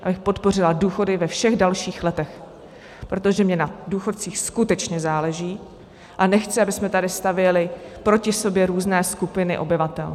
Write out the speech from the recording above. Abych podpořila důchody ve všech dalších letech, protože mi na důchodcích skutečně záleží a nechci, abychom tady stavěli proti sobě různé skupiny obyvatel.